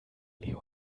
leo